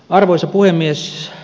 arvoisa puhemies